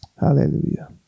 Hallelujah